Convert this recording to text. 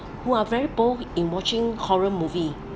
who are very bold in watching horror movie